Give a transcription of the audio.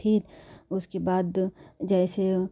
फ़िर उसके बाद जैसे